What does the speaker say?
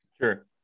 Sure